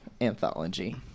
anthology